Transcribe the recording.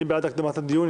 מי בעד הקדמת הדיון?